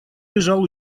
лежал